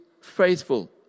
faithful